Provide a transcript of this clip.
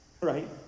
right